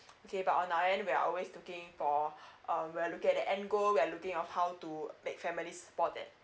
okay but on our end we are always looking for um we are looking at the aim goal we are looking of how to make families support that